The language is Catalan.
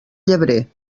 llebrer